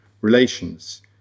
relations